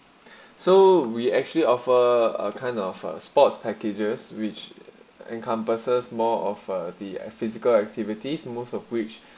so we actually offer a kind of a sports packages which encompasses more of the physical activities most of which